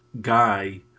guy